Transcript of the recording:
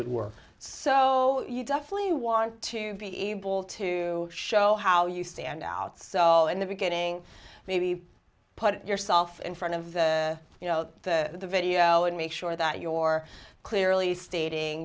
it work so you definitely want to be able to show how you stand out so in the beginning maybe put yourself in front of the you know the video and make sure that your clearly stating